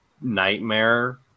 Nightmare